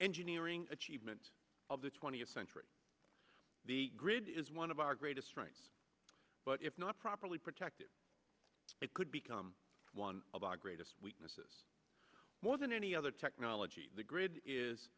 engineering achievement of the twentieth century the grid is one of our greatest strengths but if not properly protected it could become one of our greatest weaknesses wasn't any other technology the grid is